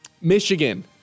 Michigan